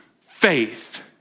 faith